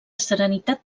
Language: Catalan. serenitat